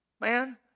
man